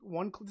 one